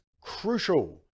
crucial